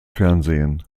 fernsehen